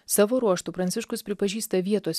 savo ruožtu pranciškus pripažįsta vietos